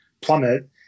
plummet